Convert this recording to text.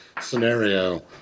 scenario